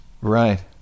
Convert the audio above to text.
right